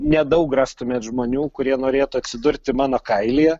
nedaug rastumėt žmonių kurie norėtų atsidurti mano kailyje